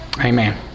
Amen